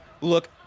look